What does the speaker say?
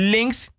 Links